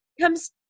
comes